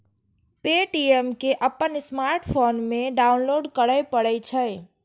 Paytm कें अपन smartphone मे डाउनलोड करय पड़ै छै